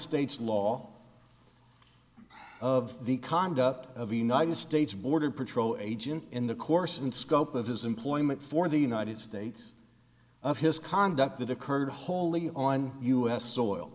states law of the conduct of united states border patrol agent in the course and scope of his employment for the united states of his conduct that occurred wholly on u s soil